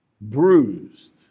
bruised